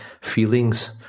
feelings